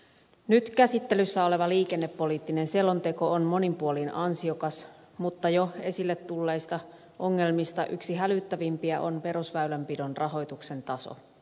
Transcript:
nyt käsittelyssä oleva liikennepoliittinen selonteko on monin puolin ansiokas mutta jo esille tulleista ongelmista yksi hälyttävimpiä on perusväylänpidon rahoituksen taso